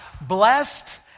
blessed